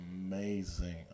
amazing